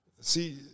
See